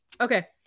Okay